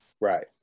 Right